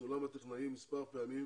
צולם הטכנאי מספר פעמים